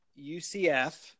UCF